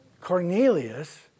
Cornelius